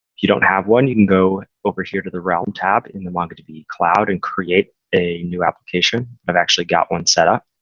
you don't have one, you can go over here to the realm tab in the mongodb cloud and create a new application. i've actually got one set up.